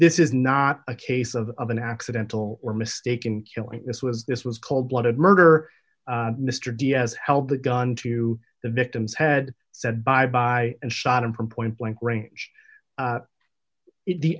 this is not a case of an accidental or mistaken killing this was this was cold blooded murder mr diaz held the gun to the victim's head said bye bye and shot him from point blank range if the